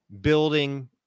building